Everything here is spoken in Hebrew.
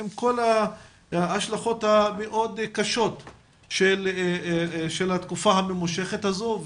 עם כל ההשלכות המאוד קשות של התקופה הממושכת הזו.